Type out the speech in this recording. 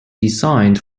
designed